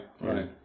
right